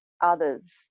others